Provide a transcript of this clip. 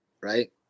right